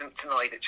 tonight